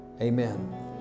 amen